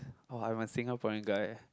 oh I'm a Singaporean guy